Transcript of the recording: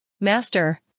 Master